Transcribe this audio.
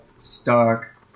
Stark